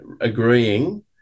agreeing